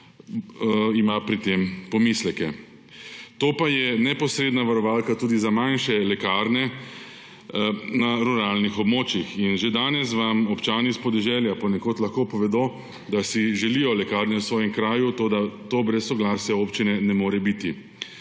pri tem pomisleke. To pa je neposredna varovalka tudi za manjše lekarne na ruralnih območjih. Že danes vam občani s podeželja ponekod lahko povedo, da si želijo lekarne v svojem kraju, toda to brez soglasja občine ne more biti.